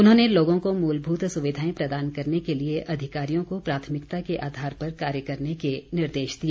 उन्होंने लोगों को मूलभूत सुविधाएं प्रदान करने के लिए अधिकारियों को प्राथमिकता के आधार पर कार्य करने के निर्देश दिए